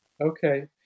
Okay